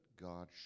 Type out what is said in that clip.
God